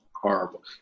horrible